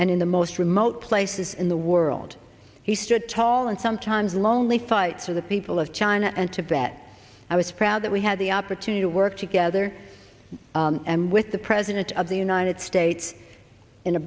and in the most remote places in the world he stood tall and sometimes lonely fight for the people of china and tibet i was proud that we had the opportunity to work together and with the president of the united states in a